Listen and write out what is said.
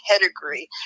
pedigree